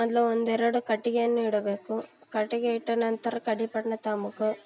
ಮೊದಲು ಒಂದು ಎರಡು ಕಟ್ಟಿಗೆಯನ್ನು ಇಡಬೇಕು ಕಟ್ಟಿಗೆ ಇಟ್ಟ ನಂತರ ಕಡ್ಡಿ ಪೊಟ್ಣ ತಗೊಂಬೇಕು